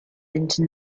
into